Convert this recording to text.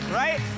right